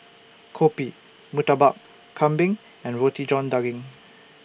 Kopi Murtabak Kambing and Roti John Daging